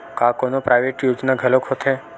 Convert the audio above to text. का कोनो प्राइवेट योजना घलोक होथे?